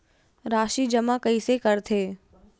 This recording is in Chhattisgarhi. राशि जमा कइसे करथे?